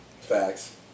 Facts